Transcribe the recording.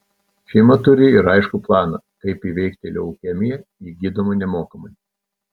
šeima turi ir aiškų planą kaip įveikti leukemiją ji gydoma nemokamai